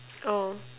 oh